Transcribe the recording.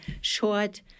short